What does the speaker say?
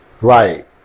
Right